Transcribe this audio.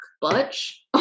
butch